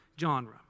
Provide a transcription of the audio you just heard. genre